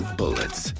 bullets